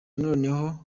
noneho